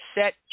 set